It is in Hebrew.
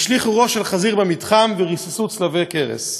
השליכו ראש של חזיר במתחם וריססו צלבי קרס.